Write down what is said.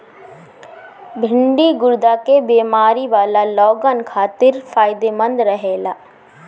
भिन्डी गुर्दा के बेमारी वाला लोगन खातिर फायदमंद रहेला